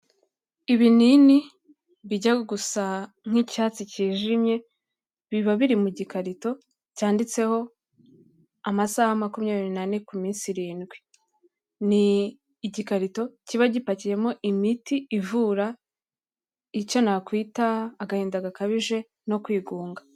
Ibinini bijya gusa nk'icyatsi cyijimye biba biri mu gikarito cyanditseho amasaha makumyabiri nane ku minsi irindwi, ni igikarito kiba gipakiyemo imiti ivura icyo nakwita agahinda gakabije no kwigunga.